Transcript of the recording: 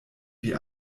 wie